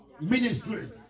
ministry